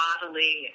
bodily